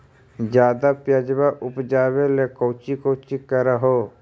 ज्यादा प्यजबा उपजाबे ले कौची कौची कर हो?